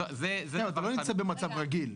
אתה לא נמצא במצב רגיל.